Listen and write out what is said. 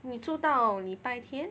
你住到礼拜天